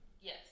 Yes